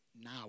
now